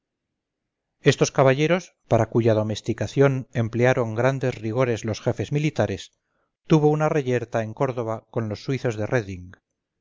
estos caballeros para cuya domesticación emplearon grandes rigores los jefes militares tuvo una reyerta en córdoba con los suizos de